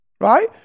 Right